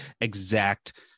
exact